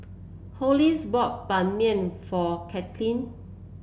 Hollis bought Ban Mian for Cathleen